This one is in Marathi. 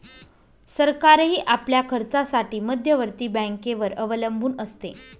सरकारही आपल्या खर्चासाठी मध्यवर्ती बँकेवर अवलंबून असते